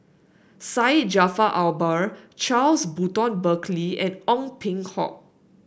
Syed Jaafar Albar Charles Burton Buckley and Ong Peng Hock